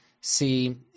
see